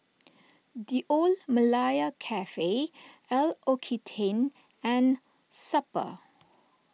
the Old Malaya Cafe L'Occitane and Super